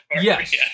yes